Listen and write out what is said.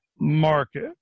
market